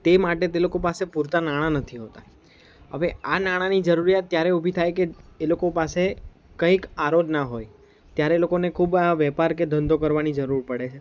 તે માટે તે લોકો પાસે પૂરતા નાણાં નથી હોતા હવે આ નાણાંની જરૂરિયાત ત્યારે ઊભી થાય કે એ લોકો પાસે કંઈક આરો જ ના હોય ત્યારે લોકોને ખૂબ આ વેપાર કે ધંધો કરવાની જરૂર પડે છે